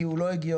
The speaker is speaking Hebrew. כי הוא לא הגיוני.